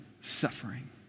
suffering